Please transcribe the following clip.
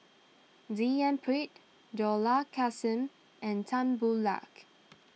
D N Pritt Dollah Kassim and Tan Boo Liat